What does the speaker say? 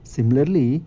Similarly